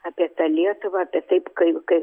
apie tą lietuvą apie taip kai kai